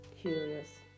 Curious